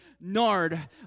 nard